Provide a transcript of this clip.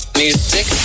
music